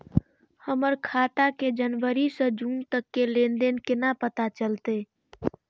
हमर खाता के जनवरी से जून तक के लेन देन केना पता चलते?